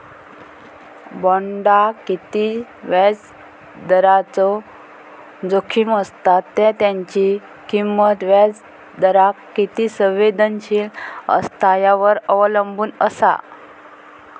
बॉण्डाक किती व्याजदराचो जोखीम असता त्या त्याची किंमत व्याजदराक किती संवेदनशील असता यावर अवलंबून असा